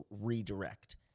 redirect